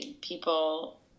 people